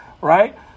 right